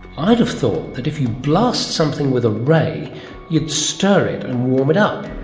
i'd have thought that if you blast something with a ray you'd stir it and warm it up,